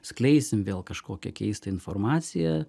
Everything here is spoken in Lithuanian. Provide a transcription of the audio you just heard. skleisim vėl kažkokią keistą informaciją